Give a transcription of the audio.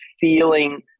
feeling